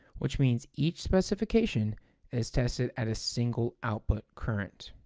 which means each specification is tested at a single output current.